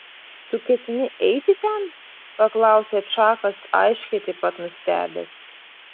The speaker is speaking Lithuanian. tu ketini eiti ten paklausė čakas aiškiai taip pat nustebęs